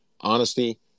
honesty